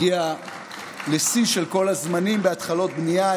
הגיעה לשיא של כל הזמנים בהתחלות בנייה,